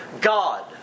God